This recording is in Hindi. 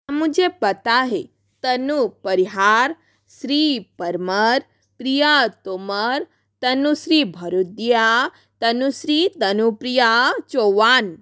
मुझे पता है तन्नू परिहार श्री परमार रिया तोमर तनुश्री भरोड़िया तनुश्री तनुप्रिया चौहान